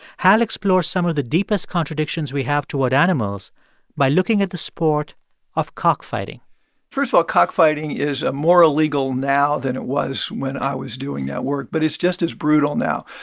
hal explores some of the deepest contradictions we have toward animals by looking at the sport of cockfighting first of all, cockfighting is more illegal now than it was when i was doing that work, but it's just as brutal now.